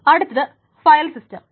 അടുത്തത് file system